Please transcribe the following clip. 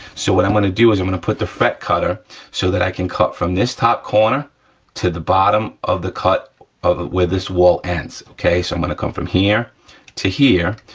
so what i'm gonna do is i'm gonna put the fret cutter so that i can cut from this top corner to the bottom of the cut where this wall ends, okay? so i'm gonna come from here to here,